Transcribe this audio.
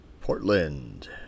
Portland